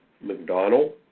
mcdonald